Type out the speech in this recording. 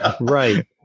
Right